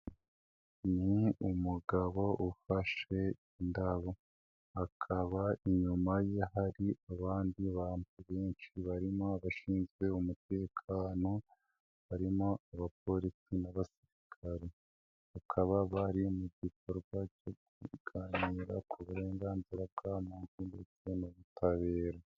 Ni umugabo ufashe indabo akaba inyuma ye hari abandi bantu benshi barimo abashinzwe umutekano, barimo abapolisi n'abasirikari, bakaba bari mu gikorwa cyo kuganira ku burenganzira bwa muntu ndetse n'ubutabera.